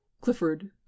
clifford